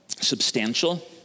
substantial